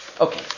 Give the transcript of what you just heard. Okay